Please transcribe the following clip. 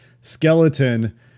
skeleton